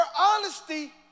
honesty